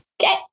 Okay